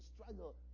struggle